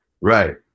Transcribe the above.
Right